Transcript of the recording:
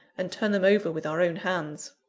and turn them over with our own hands.